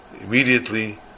immediately